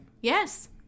Yes